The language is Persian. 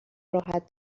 راحت